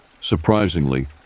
Surprisingly